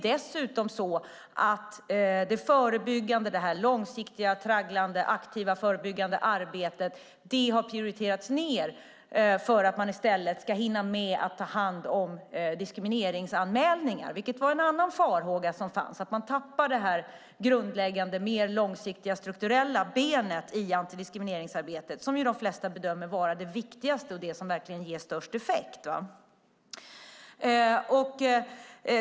Dessutom har det förebyggande långsiktiga, tragglande, aktiva arbetet prioriterats ned för att i stället hinna med att ta hand om diskrimineringsanmälningar, vilket var en annan farhåga. Man befarade att man skulle tappa det grundläggande, mer långsiktigt strukturella benet i antidiskrimineringsarbetet, det som de flesta bedömer vara det viktigaste och det som ger störst effekt.